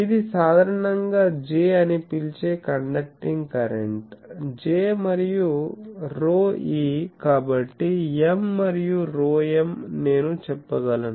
ఇది సాధారణంగా J అని పిలిచే కండక్టింగ్ కరెంట్ J మరియు ρe కాబట్టి M మరియు ρm నేను చెప్పగలను